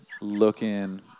looking